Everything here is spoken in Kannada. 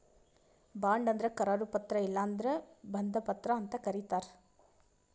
ಬಾಂಡ್ ಅಂದ್ರ ಕರಾರು ಪತ್ರ ಇಲ್ಲಂದ್ರ ಬಂಧ ಪತ್ರ ಅಂತ್ ಕರಿತಾರ್